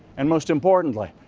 and most importantly,